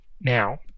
now